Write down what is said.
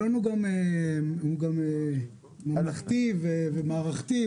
אלון הוא ממלכתי ומערכתי,